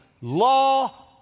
Law